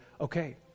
okay